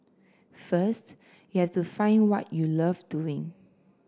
first you have to find what you love doing